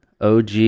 OG